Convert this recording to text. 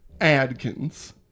Adkins